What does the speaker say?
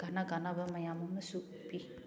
ꯀꯅꯥ ꯀꯅꯥꯕ ꯃꯌꯥꯝ ꯑꯃꯁꯨ ꯄꯤ